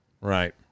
Right